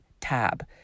tab